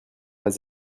pas